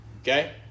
okay